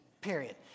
period